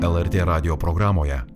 lrt radijo programoje